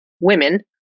women